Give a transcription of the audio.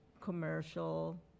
commercial